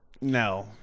No